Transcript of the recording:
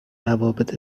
روابط